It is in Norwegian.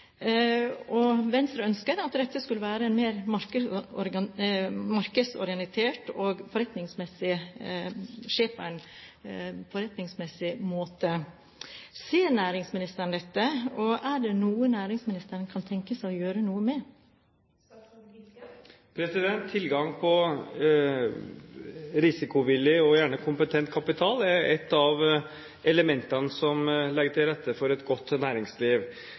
Venstre ønsker at dette skal være mer markedsorientert og skje på en forretningsmessig måte. Ser næringsministeren dette, og er det noe næringsministeren kan tenke seg å gjøre noe med? Tilgang på risikovillig og gjerne kompetent kapital er ett av elementene som legger til rette for et godt næringsliv.